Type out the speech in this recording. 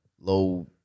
Low